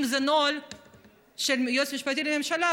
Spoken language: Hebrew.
אם זה נוהל של היועץ המשפטי לממשלה,